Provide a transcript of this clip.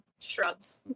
shrubs